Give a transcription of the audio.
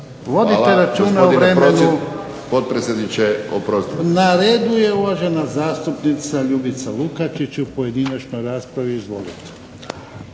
Ivan (HDZ)** Na redu je uvažena zastupnica Ljubica Lukačić u pojedinačnoj raspravi. Izvolite.